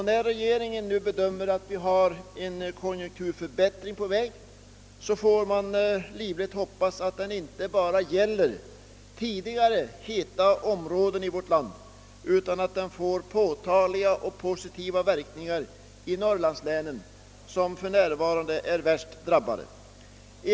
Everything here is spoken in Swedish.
När regeringen nu bedömer läget så att en konjunkturförbättring är på väg får man livligt hoppas att denna inte bara kommer att gälla tidigare »heta» områden i vårt land utan också får påtagliga och positiva verkningar i norrlandslänen, som för närvarande är värst drabbade.